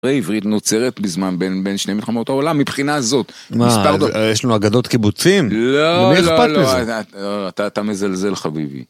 ועברית נוצרת בזמן בין בין שני מלחמות העולם מבחינה זאת מה יש לנו אגדות קיבוצים לא, לא לא, אתה מזלזל חביבי.